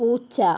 പൂച്ച